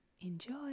Enjoy